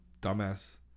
dumbass